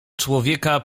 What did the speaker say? człowieka